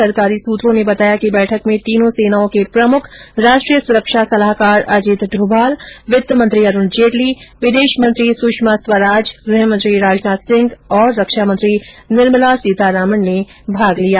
सरकारी सूत्रों ने बताया कि बैठक में तीनों सेनाओं के प्रमुख राष्ट्रीय सुरक्षा सलाहकार अजीत डोभाल वित्तमंत्री अरुण जेटली विदेश मंत्री सुषमा स्वराज गृहमंत्री राजनाथ सिंह और रक्षामंत्री निर्मला सीतारमण ने भाग लिया